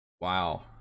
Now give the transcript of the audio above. wow